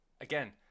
again